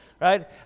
right